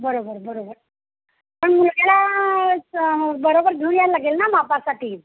बरोबर बरोबर पण मुलग्यालाच बरोबर घेऊन यायला लागेल ना मापासाठी